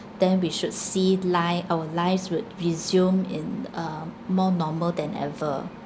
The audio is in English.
then we should see li~ our lives would resume in a more normal than ever